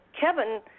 Kevin